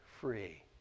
free